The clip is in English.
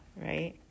right